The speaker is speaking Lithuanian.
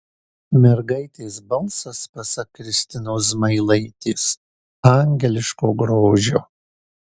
mergaitės balsas pasak kristinos zmailaitės angeliško grožio